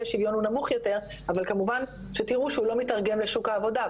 אי השוויון הוא נמוך יותר אבל כמובן שתראו שהוא לא מתרגם לשוק העבודה,